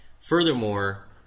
Furthermore